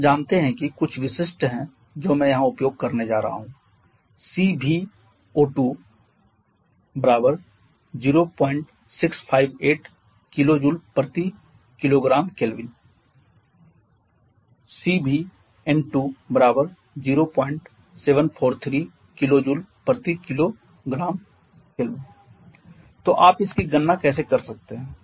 तो हम जानते हैं कि कुछ गुण विशिष्ट हैं जो मैं यहाँ उपयोग करने जा रहा हूं cvO2 0658 kJkgK cvN2 0743 kJkgK तो आप इसकी गणना कैसे कर सकते हैं